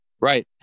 Right